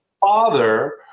father